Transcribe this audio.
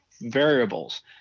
variables